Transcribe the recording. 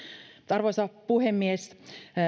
arvoisa puhemies